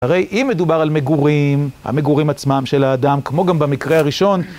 הרי אם מדובר על מגורים, המגורים עצמם של האדם, כמו גם במקרה הראשון...